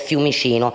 Fiumicino.